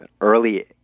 early